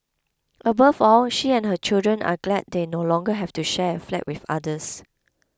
above all she and her children are glad they no longer have to share a flat with others